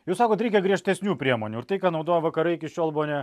jūs sakot reikia griežtesnių priemonių ir tai ką naudojo vakarai iki šiol buvo ne